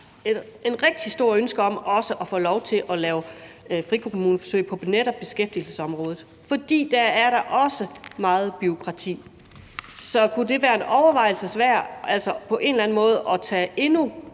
et rigtig stort ønske om at få lov til at lave frikommuneforsøg på også netop beskæftigelsesområdet. For der er der også meget bureaukrati. Så kunne det være en overvejelse værd på en eller anden måde at tage endnu